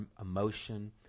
emotion